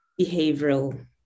behavioral